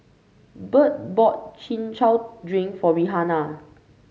Burt bought Chin Chow Drink for Rihanna